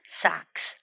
socks